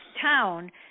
town